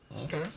Okay